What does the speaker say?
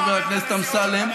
חבר הכנסת אמסלם,